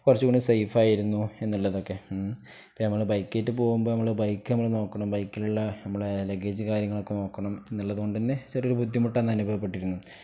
കൊറച്ച കൂടി സേഫായിരുന്നു എന്നുള്ളതൊക്കെ ഇപ്പ നമ്മള് ബൈക്കായിട്ട് പോവുമ്പോ നമ്മള് ബൈക്ക് നമ്മള് നോക്കണം ബൈക്കിലുള്ള നമ്മെ ലഗേജ് കാര്യങ്ങളൊക്കെ നോക്കണം എന്നുള്ളതുകൊണ്ട തന്നെ ചെറിയൊരു ബുദ്ധിമുട്ടാന്ന് അനുഭവപ്പെട്ടിരുന്നു